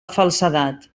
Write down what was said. falsedat